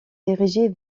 dirigée